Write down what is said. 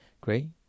Great